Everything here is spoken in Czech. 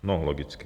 No, logicky.